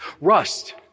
Rust